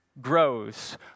grows